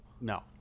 no